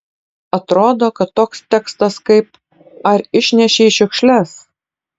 atrodo kad toks tekstas kaip ar išnešei šiukšles